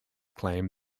claim